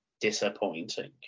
disappointing